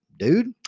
dude